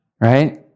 right